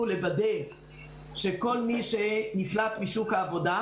כדי לוודא שכל מי שנפלט משוק העבודה,